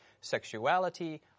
sexuality